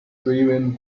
driven